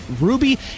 ruby